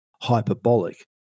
hyperbolic